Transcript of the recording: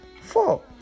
Four